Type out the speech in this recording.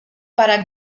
para